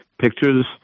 pictures